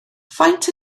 faint